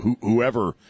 whoever